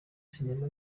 sinema